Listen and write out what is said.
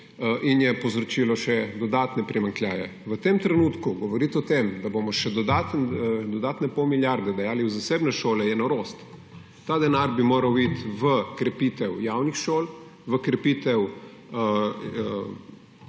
in je povzročilo še dodatne primanjkljaje. V tem trenutku govoriti o tem, da bomo še dodatne pol milijarde dajali v zasebne šole, je norost. Ta denar bi moral iti v krepitev javnih šol, v krepitev